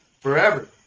forever